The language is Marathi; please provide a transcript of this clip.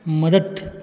मदत